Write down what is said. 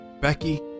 Becky